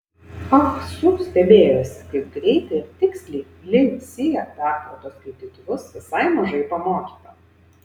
ah su stebėjosi kaip greitai ir tiksliai li sija perprato skaitytuvus visai mažai pamokyta